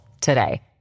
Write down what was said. today